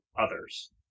others